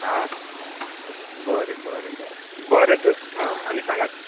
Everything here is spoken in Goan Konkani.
आं बरें बरें बरें बरें तर हां आनी सांगात